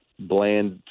bland